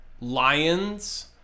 Lions